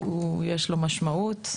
יש לו משמעות,